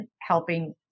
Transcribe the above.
helping